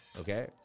okay